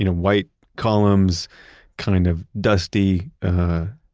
you know white columns kind of dusty,